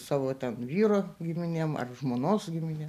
savo ten vyro giminėm ar žmonos gimine